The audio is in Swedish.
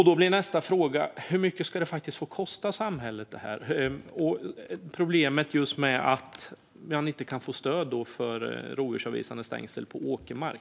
Då blir nästa fråga hur mycket detta faktiskt ska få kosta samhället, plus problemet med att man inte kan få stöd till rovdjursavvisande stängsel på åkermark.